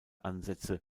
ansätze